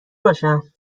باشم